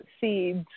seeds